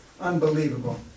Unbelievable